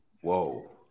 Whoa